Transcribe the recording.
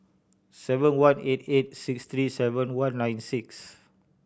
seven one eight eight six three seven one nine six